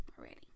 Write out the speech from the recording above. already